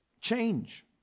change